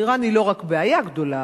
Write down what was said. אירן היא לא רק בעיה גדולה,